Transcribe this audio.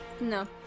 No